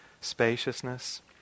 spaciousness